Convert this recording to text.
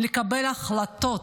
לקבל החלטות.